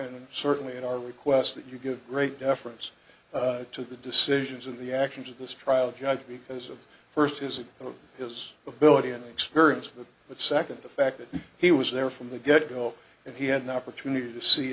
and certainly in our request that you give great deference to the decisions of the actions of this trial judge because of first is it his ability and experience of that second the fact that he was there from the get go and he had an opportunity to see